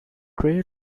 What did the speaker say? trail